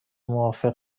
موافق